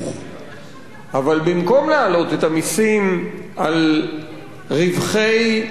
אבל במקום להעלות את המסים על רווחי בעלי ההון,